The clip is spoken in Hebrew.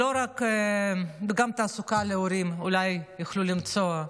וגם תעסוקה להורים, אולי יוכלו למצוא.